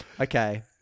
Okay